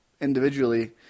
individually